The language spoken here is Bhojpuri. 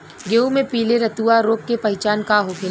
गेहूँ में पिले रतुआ रोग के पहचान का होखेला?